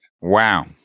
Wow